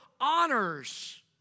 honors